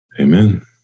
Amen